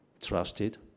trusted